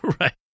right